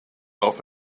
off